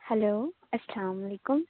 hello السّلام علیکم